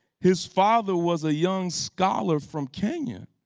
his father was a young scholar from kenya.